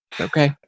okay